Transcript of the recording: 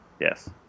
Yes